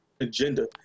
agenda